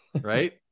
right